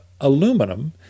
aluminum